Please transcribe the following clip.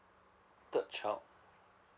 third child